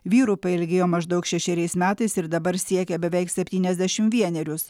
vyrų pailgėjo maždaug šešeriais metais ir dabar siekia beveik septyniasdešimt vienerius